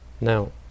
Now